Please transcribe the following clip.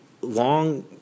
long